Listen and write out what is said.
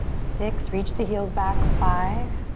six. reach the heels back, five.